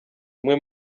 umwe